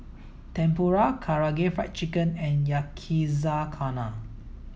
Tempura Karaage Fried Chicken and Yakizakana